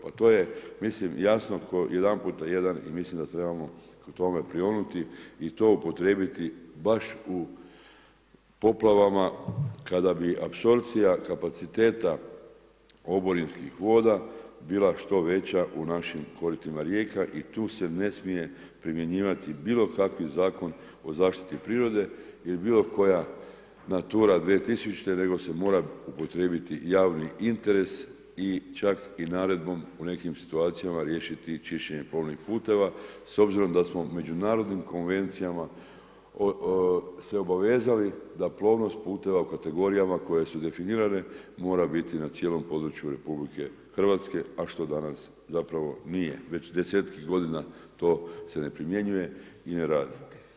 Pa to je, mislim jasno kao jedanputa jedan i mislim da trebamo ka tome prionuti i to upotrijebiti baš u poplavama kada bi apsorpcija kapaciteta oborinskih voda bila što veća u našim koritima rijeka i tu se ne smije primjenjivati bilo kakav zakon o zaštiti prirode ili bilo koja Natura 2000 nego se mora upotrijebiti javni interes i čak i naredbom u nekim situacijama riješiti čišćenje plovnih puteva s obzirom da smo međunarodnim konvencijama se obavezali da plovnost puteva u kategorijama koje su definirane mora biti na cijelom području RH a što danas zapravo nije, već desetke godina to se ne primjenjuje i ne radi.